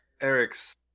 Eric's